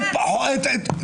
אתם?